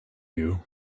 you